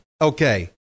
okay